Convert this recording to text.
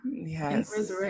Yes